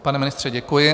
Pane ministře, děkuji.